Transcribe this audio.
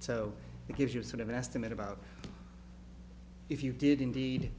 so it gives you sort of an estimate about if you did indeed